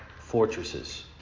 fortresses